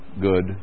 good